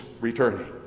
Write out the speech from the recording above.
returning